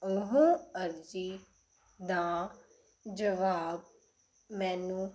ਉਹ ਅਰਜ਼ੀ ਦਾ ਜਵਾਬ ਮੈਨੂੰ